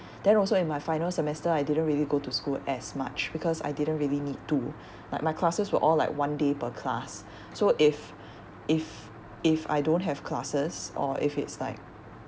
then also in my final semester I didn't really go to school as much because I didn't really need to like my classes were all like one day per class so if if if I don't have classes or if it's like